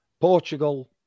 Portugal